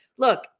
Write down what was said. look